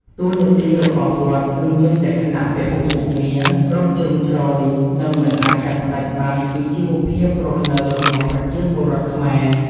តួនាទីរបស់វត្តគឺមានលក្ខណៈពហុមុខងារ គ្រប់ជ្រុងជ្រោយ និងមិនអាចកាត់ផ្ដាច់បានពីជីវភាពរស់នៅរបស់ប្រជាពលរដ្ឋខ្មែរ។